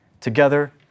together